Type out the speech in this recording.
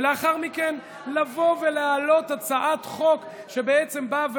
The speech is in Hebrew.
ולאחר מכן לבוא ולהעלות הצעת חוק שבעצם באה ואומרת: